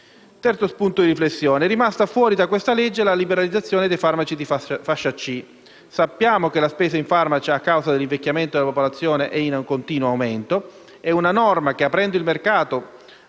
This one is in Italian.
terzo spunto di riflessione